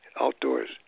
outdoors